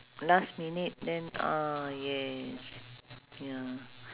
last minute then ah yes ya